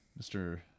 Mr